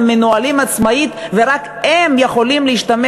הם מנוהלים עצמאית ורק הם יכולים להשתמש